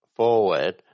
Forward